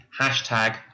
hashtag